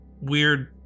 weird